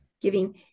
giving